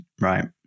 right